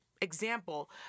example